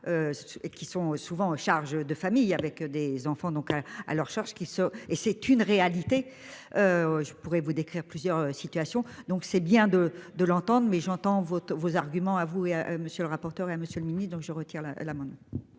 Qui sont souvent en charge de famille avec des enfants donc à leur charge qui se et c'est une réalité. Je pourrais vous décrire plusieurs situations donc c'est bien de de l'entendre mais j'entends vos, vos arguments à vous monsieur le rapporteur. Et à monsieur le Ministre donc je retire la la